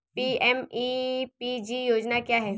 PMEPG योजना क्या है?